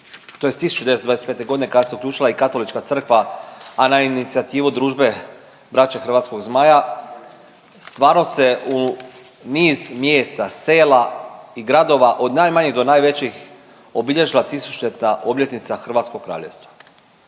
tj. 1925. godine kada se uključila i katolička crkva, a na inicijativu Družbe braće hrvatskog zmaja stvarno se u niz mjesta, sela i gradova od najmanjeg do najvećih obilježila tisućita obljetnica hrvatskog kraljevstva